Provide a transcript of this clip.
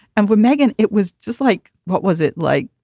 and with meghan, it was just like, what was it like?